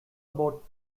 about